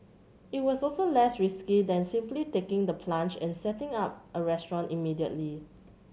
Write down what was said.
it was also less risky than simply taking the plunge and setting up a restaurant immediately